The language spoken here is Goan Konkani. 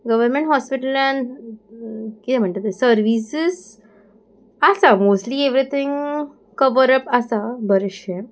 गव्हर्मेंट हॉस्पिटलान कितें म्हणटा तें सर्विसीस आसा मोस्टली एवरीथींग कवर अप आसा बरेंशें